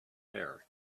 hair